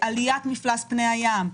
עליית מפלס פני הים,